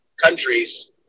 countries